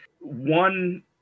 One